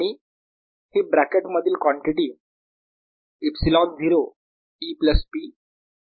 0EPfree आणि ही bracket मधील कॉन्टिटी ε0 E प्लस P